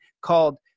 called